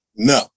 No